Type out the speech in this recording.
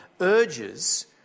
urges